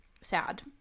sad